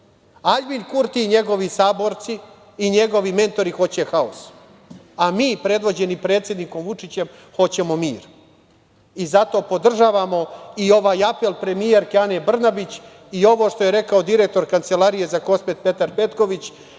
Aljbin Kurti i njegovi saborci i njegovi mentori hoće haos, a mi predvođeni predsednikom Vučićem hoćemo mir. Zato podržavamo i ovaj apel premijerke Ane Brnabić i ovo što je rekao direktor Kancelarije za Kosovo i Metohiju,